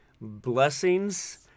Blessings